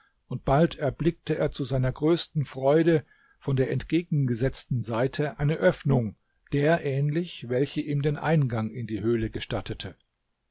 und bald erblickte er zu seiner größten freude von der entgegengesetzten seite eine öffnung der ähnlich welche ihm den eingang in die höhle gestattete